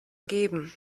geben